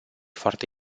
foarte